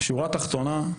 בשורה התחתונה,